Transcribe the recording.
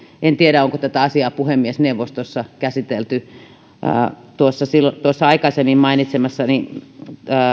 en tiedä onko tätä asiaa puhemiesneuvostossa käsitelty tuossa aikaisemmin mainitsemassani